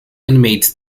inmates